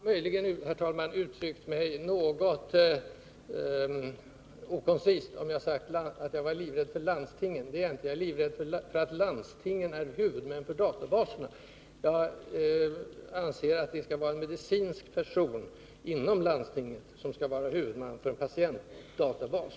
Herr talman! Jag har möjligen uttryckt mig något okoncist om jag har sagt att jag var livrädd för landstingen. Det är jag inte; jag är livrädd för att de är huvudmän för databaserna. Jag anser att det skall vara en medicinsk person inom landstingen som skall vara huvudman för en patientdatabas.